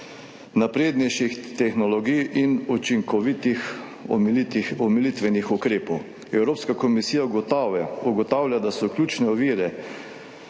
naprednejših tehnologij in učinkovitih omilitvenih ukrepov. Evropska komisija ugotavlja, da so ključne ovire